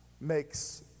makes